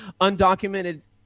undocumented